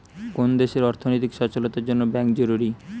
কোন দেশের অর্থনৈতিক সচলতার জন্যে ব্যাঙ্ক জরুরি